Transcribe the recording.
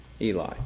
Eli